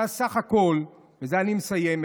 ובזה אני מסיים,